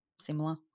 similar